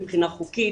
מבחינה חוקית.